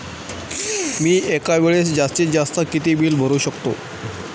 मी एका वेळेस जास्तीत जास्त किती बिल भरू शकतो?